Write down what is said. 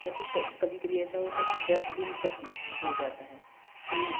या फिर कभी कभी ऐसा होता है कि दस दिन तक हो जाता है तो